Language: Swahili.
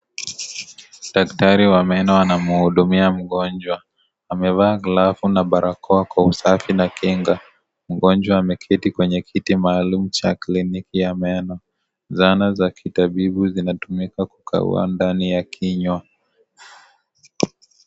Daktari wa meno anamhudumia mgonjwa. Amevaa glovu na barakoa kwa usafi na kinga. Mgonjwa ameketi kwenye kiti maalum cha kliniki ya meno. Zana za kitabu zinatumika kukagua ndani ya kinywa.